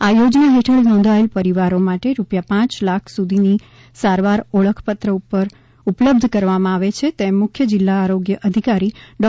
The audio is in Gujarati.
આ યોજના હેઠળ નોંધાયેલ પરિવારો માટે રૂપિયા પાંચ લાખ સુધીની સારવાર ઓળખપત્ર ઉપર ઉપલબ્ધ કરવામાં આવે છે તેમ મુખ્ય જિલ્લા આરોગ્ય અધિકારી ડો